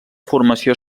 formació